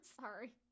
Sorry